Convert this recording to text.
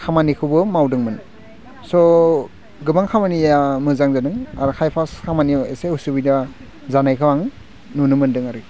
खामानिखौबो मावदोंमोन स' गोबां खामानिया मोजां जादों आर खायफा खामानियाव एसे उसुबिदा जानायखौ आं नुनो मोनदों आरो